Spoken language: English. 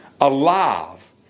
alive